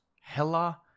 Hella